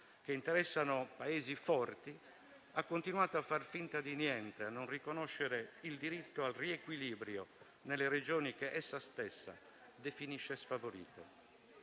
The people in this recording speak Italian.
che interessano Paesi forti, ha continuato a far finta di niente e a non riconoscere il diritto al riequilibrio nelle regioni che essa stessa definisce sfavorite.